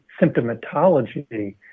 symptomatology